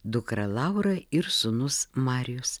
dukra laura ir sūnus marijus